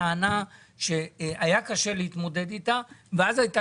טענה שהיה קשה להתמודד איתה ואז הייתה